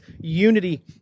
unity